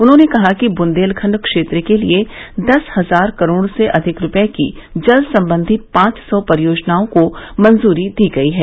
उन्होंने कहा कि बुंदेलखंड क्षेत्र के लिए दस हजार करोड से अधिक रुपये की जल संबंधी पांच सौ परियोजनाओं को मंजूरी दी गई है